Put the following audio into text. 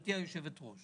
גברתי היושבת-ראש